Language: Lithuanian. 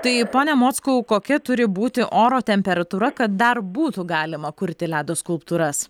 tai pone mockau kokia turi būti oro temperatūra kad dar būtų galima kurti ledo skulptūras